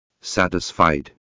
Satisfied